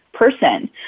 person